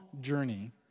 journey